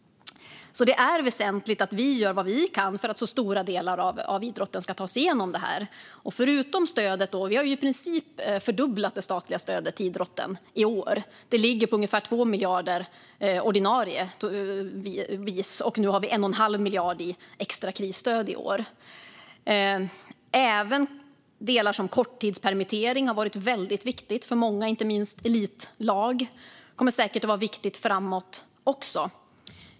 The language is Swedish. Det är alltså väsentligt att vi gör vad vi kan för att så stora delar som möjligt av idrotten ska ta sig genom detta. Vi har i princip fördubblat det statliga stödet till idrotten i år. Det ordinarie stödet ligger på ungefär 2 miljarder, och nu har vi 1 1⁄2 miljard i extra krisstöd i år. Även korttidspermittering har varit väldigt viktigt för många, inte minst elitlag. Det kommer säkert att vara viktigt framåt också.